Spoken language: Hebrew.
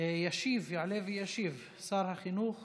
יעלה וישיב שר החינוך